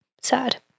Sad